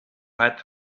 had